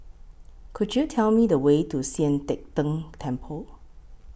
Could YOU Tell Me The Way to Sian Teck Tng Temple